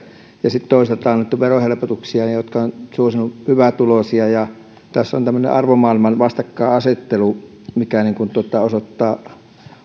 ja sitten toisaalta on annettu verohelpotuksia jotka ovat suosineet hyvätuloisia tässä on tämmöinen arvomaailman vastakkainasettelu mikä osoittaa